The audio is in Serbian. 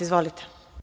Izvolite.